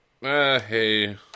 hey